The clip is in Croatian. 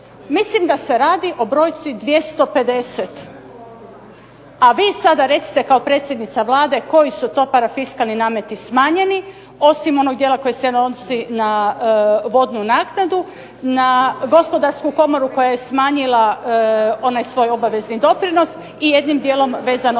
Mislim da se radi o brojci 250, a vi sada recite kao predsjednica Vlade koji su to parafiskalni nameti smanjeni, osim onog dijela koji se odnosi na vodnu naknadu, na gospodarsku komoru koja je smanjila onaj svoj obavezni doprinos, i jednim dijelom vezano